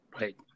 Right